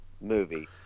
movie